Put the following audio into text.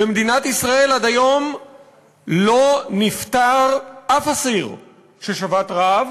במדינת ישראל עד היום לא נפטר אף אסיר ששבת רעב.